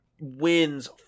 wins